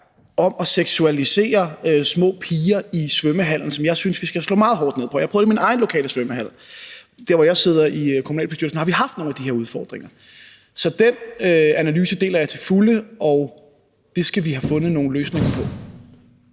man seksualiserer små piger i svømmehallen, hvilket jeg synes vi skal slå meget hårdt ned på. Jeg har prøvet det i min egen lokale svømmehal – der, hvor jeg sidder i kommunalbestyrelsen, har vi haft nogle af de her udfordringer. Så den analyse deler jeg til fulde, og det skal vi have fundet nogle løsninger på.